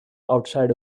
outside